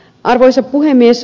arvoisa puhemies